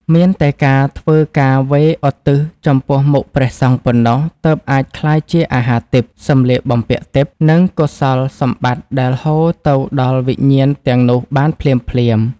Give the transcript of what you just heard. មានតែការធ្វើការវេរឧទ្ទិសចំពោះមុខព្រះសង្ឃប៉ុណ្ណោះ ទើបអាចក្លាយជាអាហារទិព្វ សម្លៀកបំពាក់ទិព្វ និងកុសលសម្បត្តិដែលហូរទៅដល់វិញ្ញាណទាំងនោះបានភ្លាមៗ។